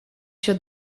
się